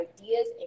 ideas